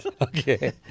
Okay